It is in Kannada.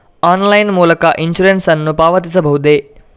ಆನ್ಲೈನ್ ಮೂಲಕ ಇನ್ಸೂರೆನ್ಸ್ ನ್ನು ಪಾವತಿಸಬಹುದೇ?